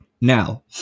Now